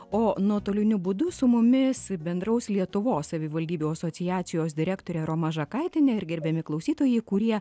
o nuotoliniu būdu su mumis bendraus lietuvos savivaldybių asociacijos direktorė roma žakaitienė ir gerbiami klausytojai kurie